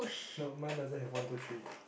no mine doesn't have one two three